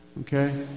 okay